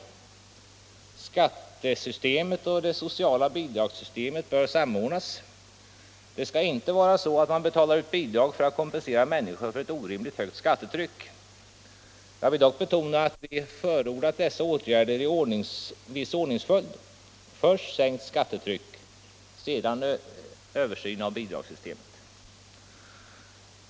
Skattesystemet och det sociala bidragssystemet bör samordnas. Det skall inte vara så att man betalar ut bidrag för att kompensera människor för ett orimligt skattetryck. Jag vill dock betona att vi har förordat dessa åtgärder i ordningsföljd — först ett sänkt skattetryck, sedan översyn av bidragssystemet.